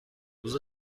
روز